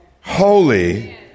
holy